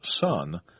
son